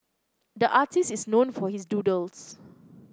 the artist is known for his doodles